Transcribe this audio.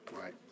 right